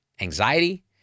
anxiety